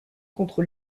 contre